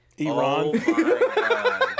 Iran